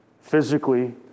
physically